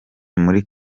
muri